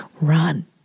Run